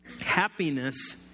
happiness